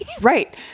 Right